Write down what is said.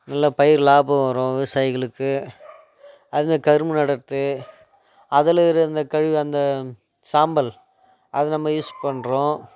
நல்லா பயிறு லாபம் வரும் விவசாயிகளுக்கு அந்த கரும்பு நடர்த்து அதில் இருந்த அந்த கழிவு அந்த சாம்பல் அதை நம்ம யூஸ் பண்ணுறோம்